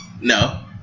No